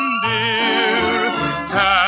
dear